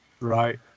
Right